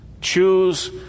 Choose